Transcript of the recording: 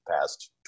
past